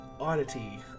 oddity